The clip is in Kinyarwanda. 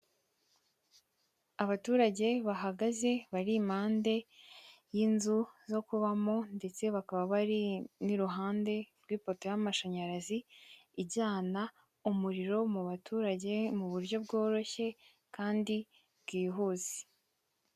Abaturage bahagaze barimpande y'inzu zo kubamo ndetse bakaba bari n'iruhande rw'ipoto y'amashanyarazi ijyana umuriro mu baturage mu buryo bworoshye kandi bwihuse.